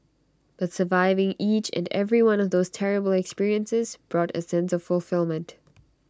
but surviving each and every one of those terrible experiences brought A sense of fulfilment